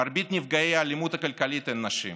מרבית נפגעי האלימות הכלכלית הם נשים.